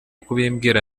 kubimbwira